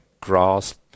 grasp